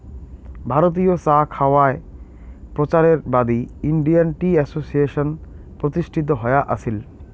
ভারতীয় চা খাওয়ায় প্রচারের বাদী ইন্ডিয়ান টি অ্যাসোসিয়েশন প্রতিষ্ঠিত হয়া আছিল